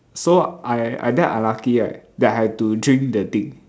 so I I damn unluckily right that I have to drink that thing